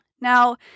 Now